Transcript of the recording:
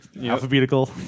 alphabetical